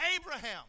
Abraham